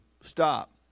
Stop